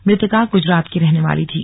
मृतका गुजरात की रहने वाली थी